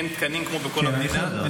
אין תקנים כמו בכל המדינה.